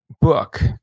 Book